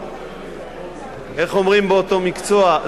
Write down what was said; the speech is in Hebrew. איך אומרים באותו מקצוע?